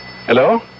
Hello